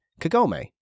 Kagome